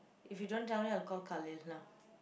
if you don't tell me I'll call !Kalil! now